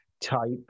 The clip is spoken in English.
type